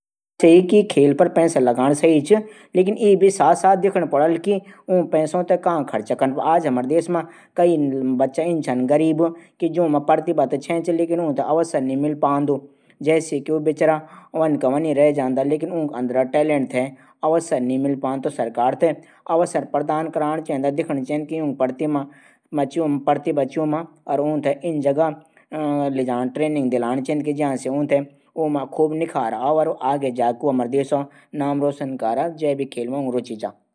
छात्रो ते अपड आत्मविश्वास बढाणू जोश दिलाण छात्रो शिक्षकों दगड एक अचछा तरीके से बात कन। जैसे छांत्र खुली अपडी समस्या समाधान पै सकदा।